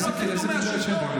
איזה מגדל שן, תגיד לי?